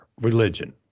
religion